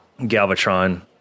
Galvatron